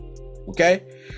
okay